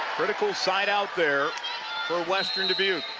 critical slide out there for western dubuque